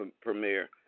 premier